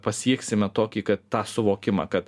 pasieksime tokį kad tą suvokimą kad